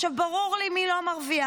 ברור לי מי לא מרוויח.